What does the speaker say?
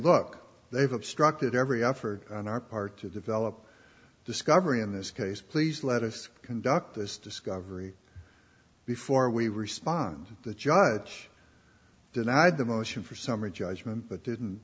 look they've obstructed every effort on our part to develop discovery in this case please let us conduct this discovery before we respond the judge denied the motion for summary judgment but didn't